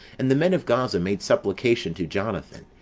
and the men of gaza made supplication to jonathan,